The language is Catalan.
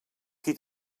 qui